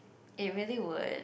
it really would